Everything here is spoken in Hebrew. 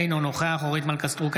אינו נוכח אורית מלכה סטרוק,